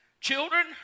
Children